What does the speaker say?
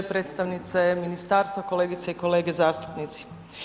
Predstavnice ministarstva, kolegice i kolege zastupnici.